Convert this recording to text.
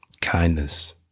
kindness